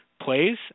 plays